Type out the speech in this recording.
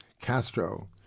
Castro